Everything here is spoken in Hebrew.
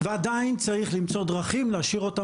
זה צריך להיות מאמץ משותף